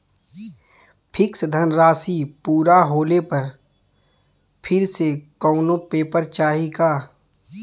Fix धनराशी पूरा होले पर फिर से कौनो पेपर चाही का?